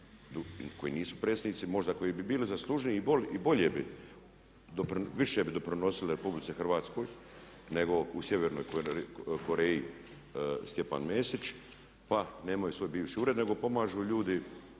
koji nisu predsjednici, možda koji bi bili zaslužniji i bolje bi doprinosili, više bi doprinosili RH nego u Sjevernoj Koreji Stjepan Mesić pa nemaju svoj bivši ured nego pomažu ljudi